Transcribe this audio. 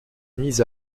mise